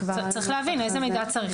צריך להבין איזה מידע צריך.